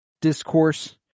discourse